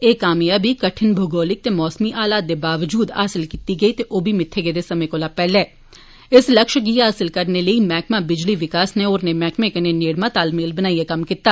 एह् कामयाबी करठन भूगोलिक ते मौसमी हालात दे बावजूद हासल कीती गेई ऐ ते ओवी मित्थे गेदे समें कोला पैहले इस लक्ष्य गी हासल करने लेई मैहकमा बिजली विकास नै होरने मैहकमें कन्नै नेड़मा तालमेल बनाईए कम्म कीता